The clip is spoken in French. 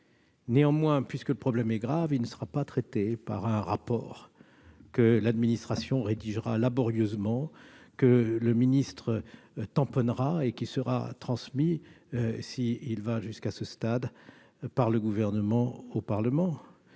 critique. Puisque le problème est grave, il ne sera pas traité par un rapport que l'administration rédigera laborieusement, que le ministre tamponnera et qui sera transmis, s'il parvient jusqu'à ce stade, par le Gouvernement au Parlement.